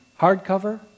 hardcover